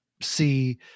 see